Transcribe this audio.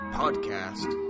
podcast